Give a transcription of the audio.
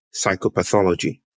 psychopathology